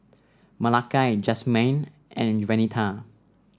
Malakai Jasmyne and Venita